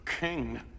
king